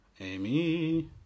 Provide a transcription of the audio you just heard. Amy